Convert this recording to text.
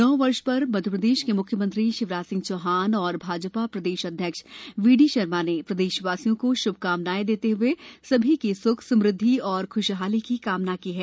नववर्ष पर मप्र के मुख्यमंत्री शिवराज सिंह चौहान और भाजपा प्रदेश अध्यक्ष वीडी शर्मा ने प्रदेश वासियों को शुभकामनाएं देते हुए सभी की सुख समृद्धि और खुशहाली की कामना की है